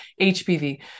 HPV